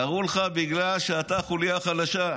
קראו לך בגלל שאתה החוליה החלשה.